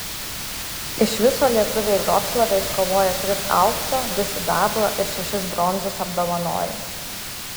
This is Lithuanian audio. iš viso lietuviai vroclave iškovojo tris aukso du sidabro ir šešis bronzos apdovanojimus